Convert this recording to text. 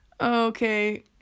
Okay